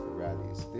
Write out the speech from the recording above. rallies